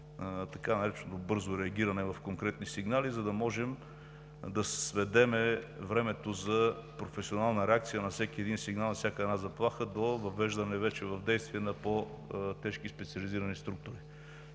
така наречено „бързо реагиране“ в конкретни ситуации, за да можем да намалим времето за професионална реакция на всеки сигнал, на всяка заплаха до въвеждането в действие на по-тежки специализирани структури.